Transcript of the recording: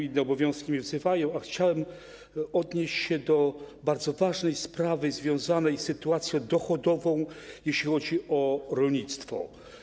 Inne obowiązki mnie wzywają, a chciałem odnieść się do bardzo ważnej sprawy związanej z sytuacją dochodową, jeśli chodzi o rolnictwo.